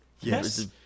Yes